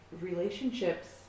relationships